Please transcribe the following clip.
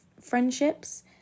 friendships